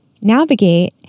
navigate